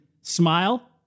smile